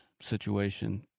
situation